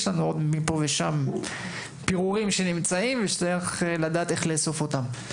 יש לנו עוד מפה ושם פירורים שנמצאים ושצריך לדעת איך לאסוף אותם.